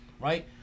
right